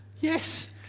yes